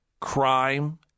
crime